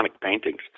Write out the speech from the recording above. paintings